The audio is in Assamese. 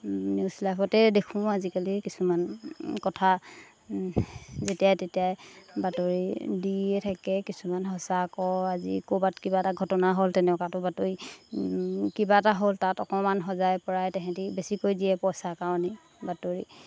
নিউজ লাইভতে দেখোঁ আজিকালি কিছুমান কথা যেতিয়াই তেতিয়াই বাতৰি দিয়ে থাকে কিছুমান সঁচা ক আজি ক'ৰবাত কিবা এটা ঘটনা হ'ল তেনেকুৱাতো বাতৰি কিবা এটা হ'ল তাত অকণমান সজাই পৰাই তাহাঁতি বেছি কৰি দিয়ে পইচাৰ কাৰণেই বাতৰি